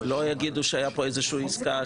לא יגידו שהייתה פה איזה שהיא עסקה.